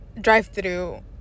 drive-through